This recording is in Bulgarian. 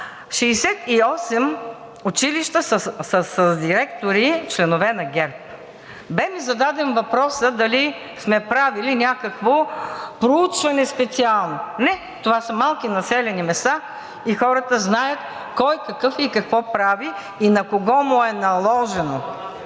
68 училища са с директори, членове на ГЕРБ. Бе ми зададен въпроса дали сме правили някакво специално проучване. Не, това са малки населени места и хората знаят кой какъв е, какво прави и на кого му е наложено.